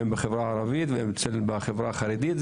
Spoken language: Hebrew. בחברה הערבית ובחברה החרדית,